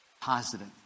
Positive